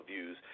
views